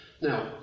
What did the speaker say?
Now